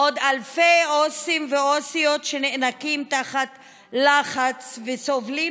עוד אלפי עו"סים ועו"סיות שנאנקים תחת לחץ וסובלים